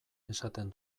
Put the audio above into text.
esaten